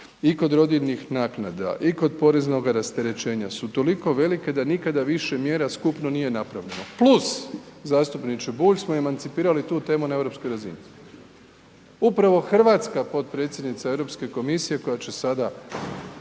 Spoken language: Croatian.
i kod rodiljnih naknada i kod poreznoga rasterećenja su toliko velike da nikada više mjera skupno nije napravljeno, plus zastupniče Bulj smo emancipirali tu temu na europskoj razini. Upravo hrvatska potpredsjednica Europske komisije koja će sada